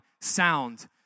sound